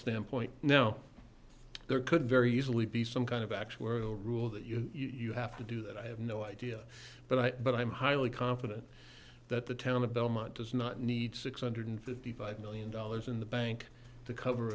standpoint now there could very easily be some kind of actuarial rule that you know you have to do that i have no idea but i but i'm highly confident that the town of the month does not need six hundred fifty five million dollars in the bank to cover